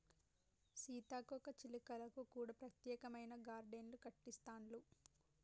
సీతాకోక చిలుకలకు కూడా ప్రత్యేకమైన గార్డెన్లు కట్టిస్తాండ్లు